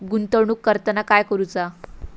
गुंतवणूक करताना काय करुचा?